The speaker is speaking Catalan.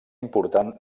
important